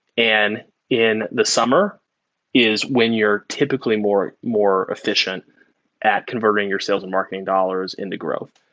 and in the summer is when you're typically more more efficient at converting your sales and marketing dollars into growth.